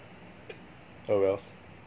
oh wells